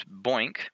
Boink